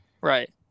right